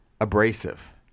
abrasive